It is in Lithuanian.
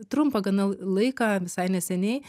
trumpą gana l laiką visai neseniai